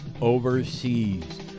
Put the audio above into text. overseas